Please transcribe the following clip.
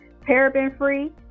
paraben-free